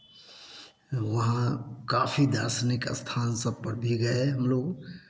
वहाँ काफी दार्शनिक स्थान सब पर भी गए हम लोग